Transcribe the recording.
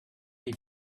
they